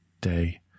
day